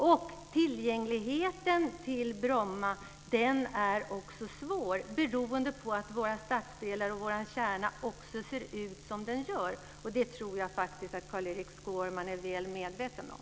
Dessutom är det svårt med tillgängligheten när det gäller Bromma, beroende på att våra stadsdelar och vår kärna ser ut som de gör. Det tror jag faktiskt att Carl-Erik Skårman är väl medveten om.